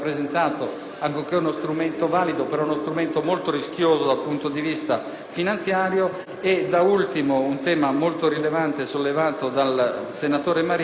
da ultimo, un tema molto rilevante sollevato dal senatore Marino relativamente ai meccanismi di selezione per i ricercatori. Meccanismi per i quali,